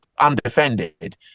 undefended